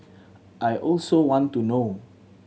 I also want to know